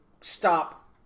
stop